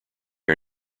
are